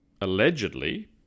allegedly